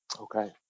Okay